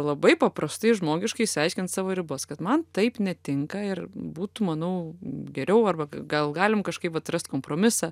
labai paprastai žmogiškai išsiaiškint savo ribas kad man taip netinka ir būtų manau geriau arba gal galim kažkaip atrast kompromisą